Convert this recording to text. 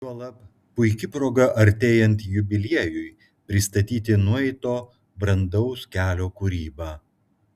juolab puiki proga artėjant jubiliejui pristatyti nueito brandaus kelio kūrybą